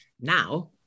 now